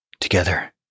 together